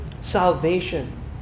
Salvation